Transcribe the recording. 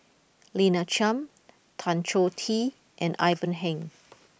Lina Chiam Tan Choh Tee and Ivan Heng